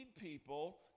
people